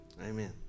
Amen